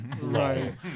right